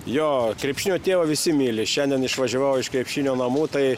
jo krepšinio tėvą visi myli šiandien išvažiavau iš krepšinio namų tai